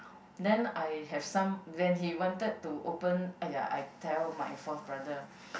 then I have some when he wanted to open !aiya! I tell my fourth brother